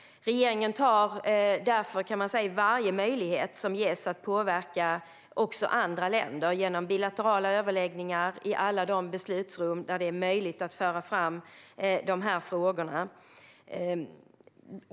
Regeringen tar därför varje möjlighet som ges att påverka också andra länder genom bilaterala överläggningar i alla de beslutsrum där det är att möjligt föra fram dessa frågor.